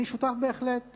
אני שותף בהחלט,